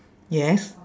yes